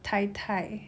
tai tai